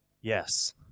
Yes